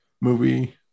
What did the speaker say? movie